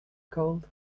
cold